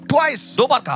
Twice